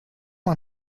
man